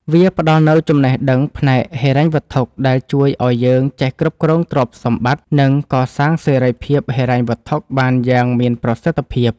វាផ្ដល់នូវចំណេះដឹងផ្នែកហិរញ្ញវត្ថុដែលជួយឱ្យយើងចេះគ្រប់គ្រងទ្រព្យសម្បត្តិ និងកសាងសេរីភាពហិរញ្ញវត្ថុបានយ៉ាងមានប្រសិទ្ធភាព។